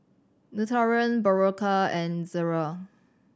Nutren Berocca and Ezerra